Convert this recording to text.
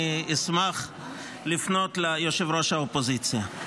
אני אשמח לפנות ליושב-ראש האופוזיציה.